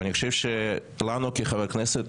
אני חושב שלנו כחברי כנסת